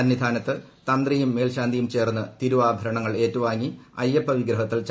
സന്നിധാനത്ത് തന്ത്രിയും മേൽശാന്തിയും ചേർന്ന് തിരുവാഭരണം ഏറ്റുവാങ്ങി അയ്യപ്പവിഗ്രഹത്തിൽ ചാർത്തുടർ